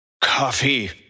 Coffee